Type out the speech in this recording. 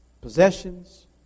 Possessions